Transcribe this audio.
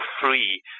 free